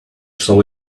saw